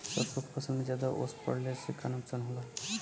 सरसों के फसल मे ज्यादा ओस पड़ले से का नुकसान होला?